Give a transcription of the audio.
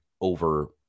over